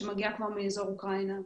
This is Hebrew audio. שמגיעה מאזור אוקראינה.